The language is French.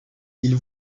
ils